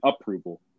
approval